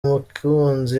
mukunzi